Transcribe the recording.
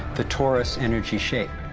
the torus energy shape.